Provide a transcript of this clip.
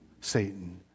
Satan